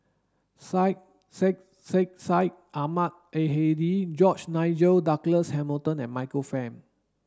Syed Sheikh Sheikh Syed Ahmad Al Hadi George Nigel Douglas Hamilton and Michael Fam